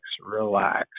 Relax